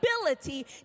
ability